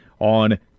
on